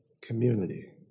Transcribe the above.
community